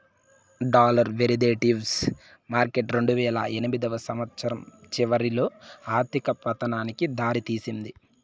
dollar derivatives market రెండువేల ఎనిమిదో సంవచ్చరం చివరిలో ఆర్థిక పతనానికి దారి తీసింది